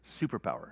superpower